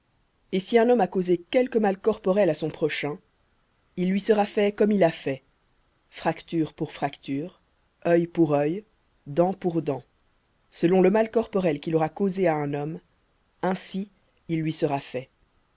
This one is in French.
et si un homme a causé quelque mal corporel à son prochain il lui sera fait comme il a fait fracture pour fracture œil pour œil dent pour dent selon le mal corporel qu'il aura causé à un homme ainsi il lui sera fait